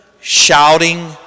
shouting